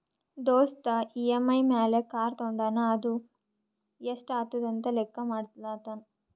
ದೋಸ್ತ್ ಇ.ಎಮ್.ಐ ಮ್ಯಾಲ್ ಕಾರ್ ತೊಂಡಾನ ಅದು ಎಸ್ಟ್ ಆತುದ ಅಂತ್ ಲೆಕ್ಕಾ ಮಾಡ್ಲತಾನ್